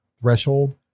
threshold